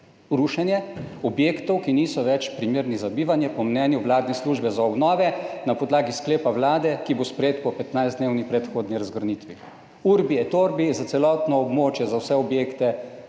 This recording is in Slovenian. Rušenje objektov, ki niso več primerni za bivanje po mnenju vladne službe za obnove na podlagi sklepa Vlade, ki bo sprejet po 15-dnevni predhodni razgrnitvi. Urbi et orbi, je za celotno območje, za vse objekte,